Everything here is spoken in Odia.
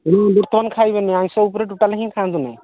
ବର୍ତ୍ତମାନ ଖାଇବେନି ଆଇଂଷ ଉପରେ ଟୋଟାଲ୍ ହିଁ ଖାନ୍ତୁନି